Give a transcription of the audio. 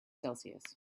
celsius